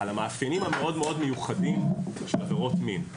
על המאפיינים המאוד מאוד מיוחדים של עבירות מין.